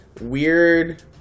weird